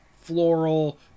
floral